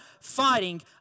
fighting